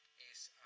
is